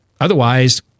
Otherwise